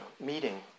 meeting